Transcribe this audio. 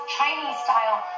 Chinese-style